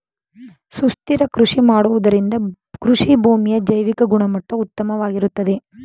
ಸುಸ್ಥಿರ ಕೃಷಿ ಮಾಡುವುದರಿಂದ ಕೃಷಿಭೂಮಿಯ ಜೈವಿಕ ಗುಣಮಟ್ಟ ಉತ್ತಮವಾಗಿರುತ್ತದೆ